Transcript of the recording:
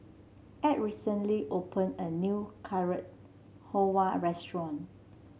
Ed recently opened a new Carrot Halwa Restaurant